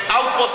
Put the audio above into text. פה דיון חשוב.